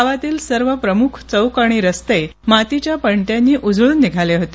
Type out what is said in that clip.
गावातील सर्व प्रमुख चौक आणि रस्ते मातीच्या पणत्यांनी उजळून निघाले होते